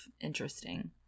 interesting